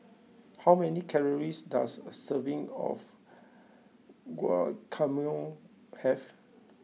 how many calories does a serving of Guacamole have